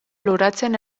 loratzen